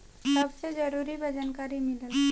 सबसे जरूरी बा जानकारी मिलल